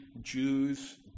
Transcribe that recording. Jews